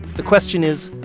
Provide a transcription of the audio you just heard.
the question is,